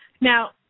Now